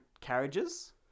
carriages